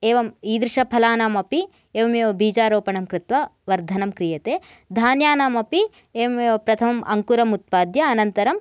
एवम् ईदृशफलानाम् अपि एवमेव बीजारोपणं कृत्वा वर्धनं क्रियते धान्यानामपि एवमेव प्रथमम् अङ्कुरम् उत्पाद्य अनन्तरं